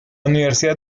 universidad